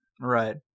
Right